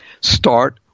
Start